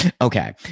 okay